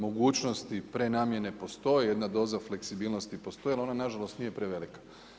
Mogućnosti prenamjene postoji jedna doza fleksibilnosti, postoji, ali ona nažalost nije prevelika.